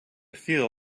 feel